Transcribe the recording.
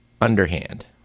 underhand